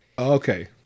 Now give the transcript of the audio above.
okay